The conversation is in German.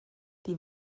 die